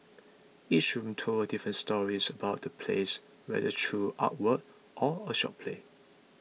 each room told a different storys about the place whether through artwork or a short play